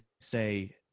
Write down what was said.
say